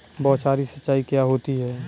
बौछारी सिंचाई क्या होती है?